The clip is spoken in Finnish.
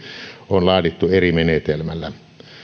on laadittu eri menetelmällä